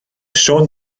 siôn